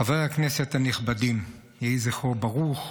חברי הכנסת הנכבדים, יהי זכרו ברוך,